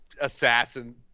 assassin